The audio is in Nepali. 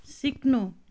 सिक्नु